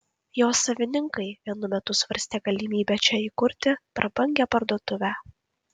jo savininkai vienu metu svarstė galimybę čia įkurti prabangią parduotuvę